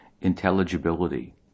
intelligibility